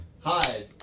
Hi